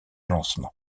lancement